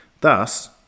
Thus